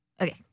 Okay